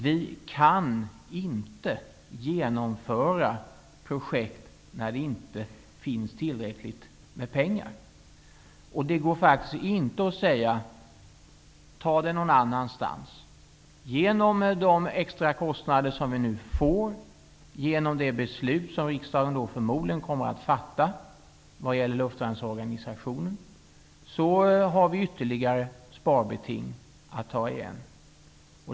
Vi kan inte genomföra projekt när det inte finns tillräckligt med pengar. Det går inte att säga: Ta det någon annanstans. Genom de extra kostnader som vi nu får genom det beslut som riksdagen förmodligen kommer att fatta vad gäller luftvärnsorganisationen, har vi ytterligare sparbeting att ta igen.